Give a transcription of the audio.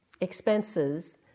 expenses